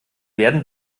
werden